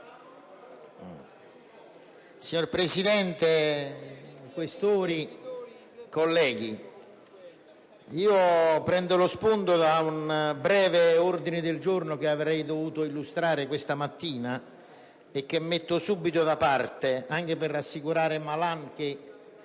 Signor Presidente, senatori Questori, colleghi, prendo lo spunto da un breve ordine del giorno che avrei dovuto illustrare questa mattina e che metto subito da parte anche per rassicurare il